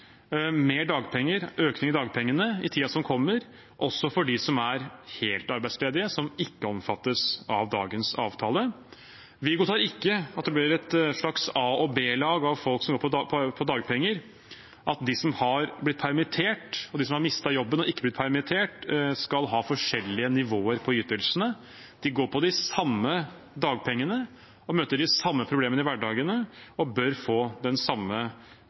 økning i dagpengene i tiden som kommer, også for dem som er helt arbeidsledige, som ikke omfattes av dagens avtale. Vi godtar ikke at det blir et slags a- og b-lag av folk som går på dagpenger, at de som har blitt permittert og de som har mistet jobben og ikke er permittert, skal ha forskjellige nivåer på ytelsene. De går på de samme dagpengene, møter de samme problemene i hverdagen og bør få den samme